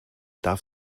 darf